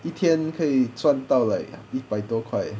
一天可以赚到 like 一百多块